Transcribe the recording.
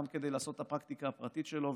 גם כדי לעשות את הפרקטיקה הפרטית שלו,